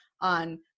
on